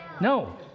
No